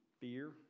fear